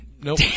Nope